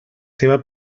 seva